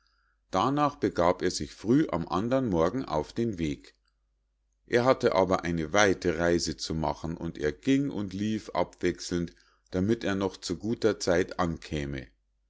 darnach begab er sich früh am andern morgen auf den weg er hatte aber eine weite reise zu machen und er ging und lief abwechselnd damit er noch zu guter zeit ankäme